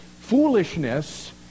foolishness